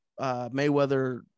Mayweather